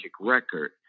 record